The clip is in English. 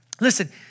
Listen